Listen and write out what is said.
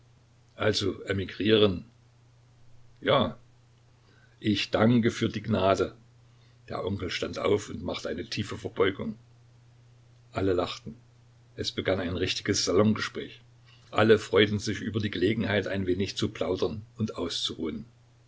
also emigrieren ja ich danke für die gnade der onkel stand auf und machte eine tiefe verbeugung alle lachten es begann ein richtiges salongespräch alle freuten sich über die gelegenheit ein wenig zu plaudern und auszuruhen